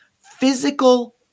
physical